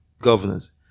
governance